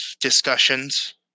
Discussions